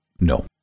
No